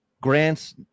Grant's